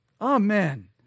Amen